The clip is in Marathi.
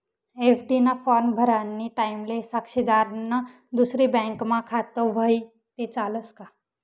एफ.डी ना फॉर्म भरानी टाईमले साक्षीदारनं दुसरी बँकमा खातं व्हयी ते चालस का